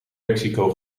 mexico